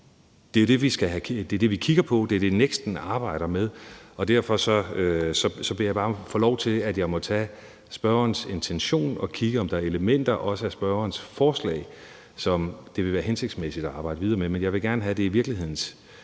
Det er det, vi kigger på. Det er det, NEKST'en arbejder med. Derfor beder jeg bare om at få lov til, at jeg må tage spørgerens intention og kigge på, om der også er elementer af spørgerens forslag, som det vil være hensigtsmæssigt at arbejde videre med. Men jeg vil gerne have, at det er virkelighedens